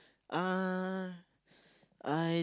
uh I